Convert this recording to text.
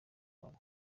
wawe